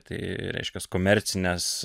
tai reiškias komercines